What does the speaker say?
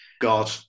God